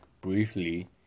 briefly